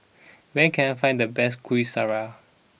where can I find the best Kuih Syara